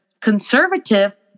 conservative